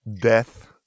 Death